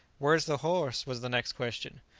where is the horse? was the next question.